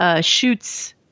shoots